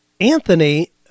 Anthony